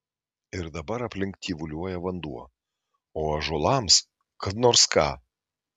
ir dabar aplink tyvuliuoja vanduo o ąžuolams kad nors ką